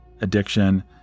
addiction